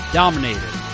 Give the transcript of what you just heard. dominated